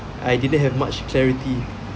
I didn't have much clarity